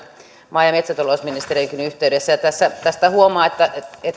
maa ja metsätalousministeriöönkin yhteydessä ja tästä huomaa että